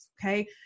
Okay